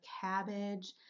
cabbage